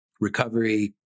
recovery